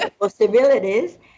possibilities